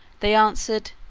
they answered,